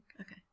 Okay